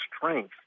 strength